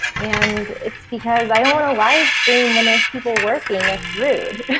and it's because i don't want a live stream when there's people working. that's rude.